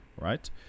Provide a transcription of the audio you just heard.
right